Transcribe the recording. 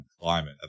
climate